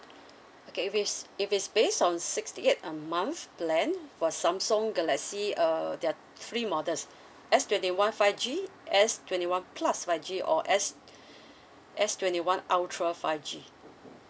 okay if it's if it's based on sixty eight a month plan for samsung galaxy uh there're three models S twenty one five G S twenty one plus five G or S S twenty one ultra five G